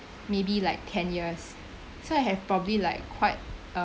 maybe like ten years so I have probably like quite uh